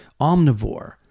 omnivore